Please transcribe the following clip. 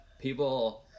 people